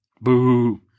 Boo